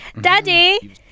Daddy